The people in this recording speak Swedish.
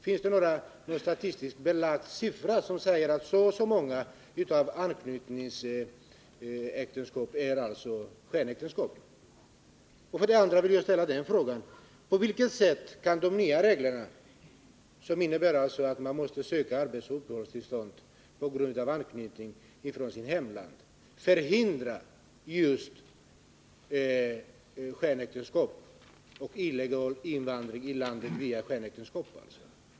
Finns det någon statistiskt belagd siffra som säger att så och så många av anknytningsfallen är skenäktenskap? För det andra vill jag fråga: På vilket sätt kan de nya reglerna, som innebär att man från sitt hemland måste söka arbetsoch uppehållstillstånd på grund av anknytning, förhindra illegal invandring i landet genom skenäktenskap.